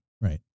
Right